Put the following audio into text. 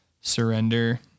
surrender